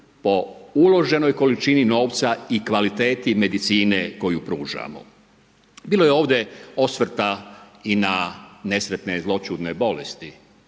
po uloženoj količini novca i kvaliteti medicine koju pružamo. Bilo je ovdje osvrta i na nesretne zloćudne bolesti.